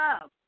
love